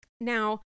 Now